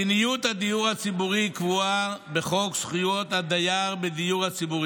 מדיניות הדיור הציבורי קבועה בחוק זכויות הדייר בדיור הציבורי,